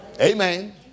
Amen